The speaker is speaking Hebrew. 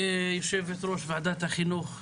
יושבת-ראש ועדת החינוך,